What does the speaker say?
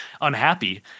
unhappy